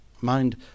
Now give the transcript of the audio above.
Mind